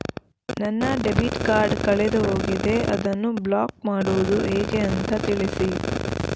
ನನ್ನ debit card ಕಳೆದು ಹೋಗಿದೆ, ಅದನ್ನು ಬ್ಲಾಕ್ ಮಾಡುವುದು ಹೇಗೆ ಅಂತ ತಿಳಿಸಿ?